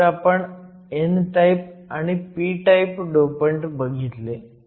तर आपण n type आणि p टाईप डोपंट बघितले